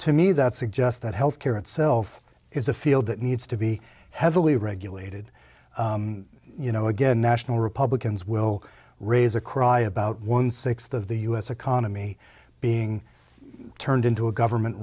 to me that suggests that health care itself is a field that needs to be heavily regulated you know again national republicans will raise a cry about one sixth of the u s economy being turned into a government